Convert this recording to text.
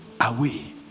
away